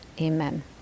amen